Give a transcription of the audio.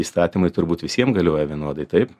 įstatymai turbūt visiems galioja vienodai taip